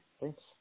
thanks